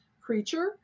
creature